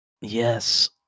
Yes